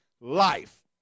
Life